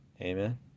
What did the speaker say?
Amen